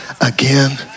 again